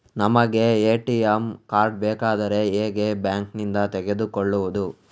ನಮಗೆ ATM card ಬೇಕಾದ್ರೆ ಹೇಗೆ ಬ್ಯಾಂಕ್ ನಿಂದ ತೆಗೆದುಕೊಳ್ಳುವುದು?